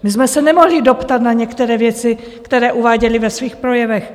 My jsme se nemohli doptat na některé věci, které uváděli ve svých projevech.